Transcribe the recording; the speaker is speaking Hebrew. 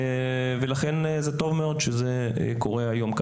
טוב שזה קורה כך היום,